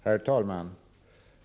Herr talman!